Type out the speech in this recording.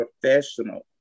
professional